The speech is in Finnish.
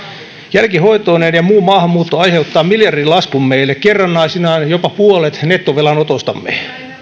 jälkihoitoineen ja muu maahanmuutto aiheuttaa miljardilaskun meille kerrannaisineen jopa puolet nettovelan otostamme